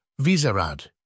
Visarad